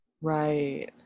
Right